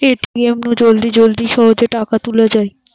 ATM নু জলদি জলদি সহজে টাকা তুলা যায়